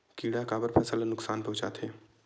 किड़ा काबर फसल ल नुकसान पहुचाथे?